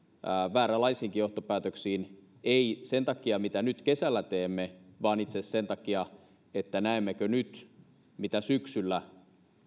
vääränlaisiinkin johtopäätöksiin ei sen takia mitä nyt kesällä teemme vaan itse asiassa sen takia että näemmekö nyt mitä syksyllä